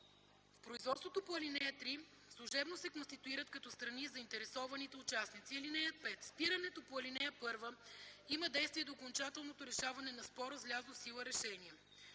В производството по ал. 3 служебно се конституират като страни заинтересованите участници. (5) Спирането по ал. 1 има действие до окончателното решаване на спора с влязло в сила решение.